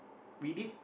we did